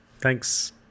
Thanks